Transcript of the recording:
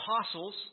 apostles